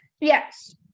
yes